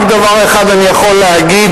רק דבר אחד אני יכול להגיד,